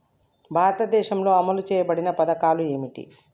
భారతదేశంలో అమలు చేయబడిన పథకాలు ఏమిటి?